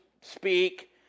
speak